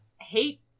hate